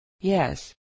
Yes